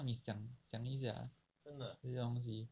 让你想想一下这些东西